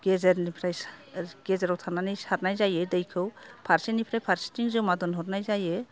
गेजेरनिफ्राय सा गेजेराव थानानै सारनाय जायो दैखौ फारसेनिफ्राय फारसेथिं जमा दोनहरनाय जायो